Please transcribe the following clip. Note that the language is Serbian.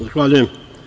Zahvaljujem.